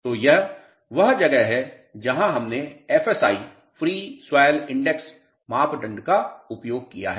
तो यह वह जगह है जहां हमने FSI फ्री स्वेल इंडेक्स मापदंड का उपयोग किया है